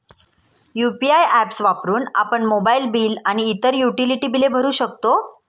UPI apps वापरून आपण mobile bill आणि इतर युटिलिटी बिले भरू शकतो